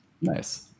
Nice